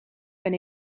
ben